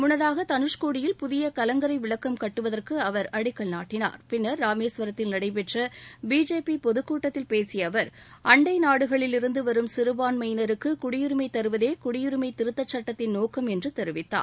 முன்னதாக தனுஷ்கோடியில் புதிய கலங்கரை விளக்கம் கட்டுவதற்கு அவர் அடிக்கல் நாட்டினார் பின்னர் ராமேஸ்வரத்தில் நடைபெற்ற பிஜேபி பொதுக்கூட்டத்தில் பேசிய அவர் அண்டை நாடுகளிலிருந்து வரும் சிறுபான்மையினருக்கு குடியுரிமை தருவதே குடியுரிமை திருத்தச் சட்டத்தின் நோக்கம் என்று தெரிவித்தார்